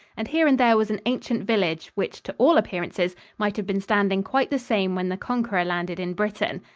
and here and there was an ancient village which to all appearances might have been standing quite the same when the conqueror landed in britain.